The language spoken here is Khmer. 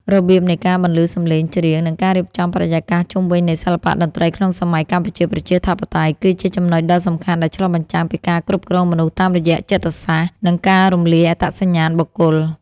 របៀបនៃការបន្លឺសំឡេងច្រៀង និងការរៀបចំបរិយាកាសជុំវិញនៃសិល្បៈតន្ត្រីក្នុងសម័យកម្ពុជាប្រជាធិបតេយ្យ គឺជាចំណុចដ៏សំខាន់ដែលឆ្លុះបញ្ចាំងពីការគ្រប់គ្រងមនុស្សតាមរយៈចិត្តសាស្ត្រ និងការរំលាយអត្តសញ្ញាណបុគ្គល។